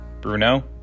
Bruno